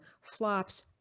flops